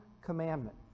commandment